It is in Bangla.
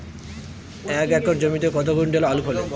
এক একর জমিতে কত কুইন্টাল আলু ফলে?